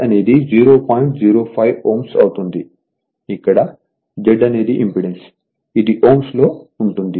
05 Ω అవుతుంది ఇక్కడ Z అనేది ఇంపెడెన్స్ ఇది Ω లలో ఉంటుంది